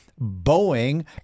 Boeing